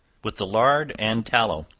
with the lard and tallow,